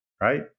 right